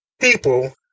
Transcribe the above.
people